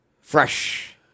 Fresh